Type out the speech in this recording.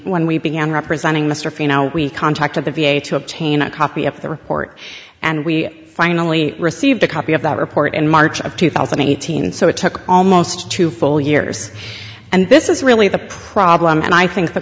when we began representing mr pheno we contacted the v a to obtain a copy of the report and we finally received a copy of that report in march of two thousand and eighteen so it took almost two full years and this is really the problem and i think the